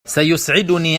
سيسعدني